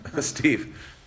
Steve